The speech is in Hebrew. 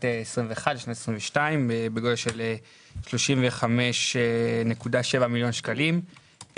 21' ל-22' בגובה של 35.7 מיליון שקלים,